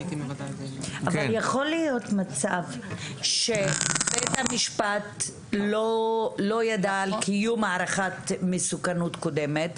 יכול להיות מצב שבית המשפט לא ידע על קיום הערכת מסוכנות קודמת,